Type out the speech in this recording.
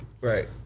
right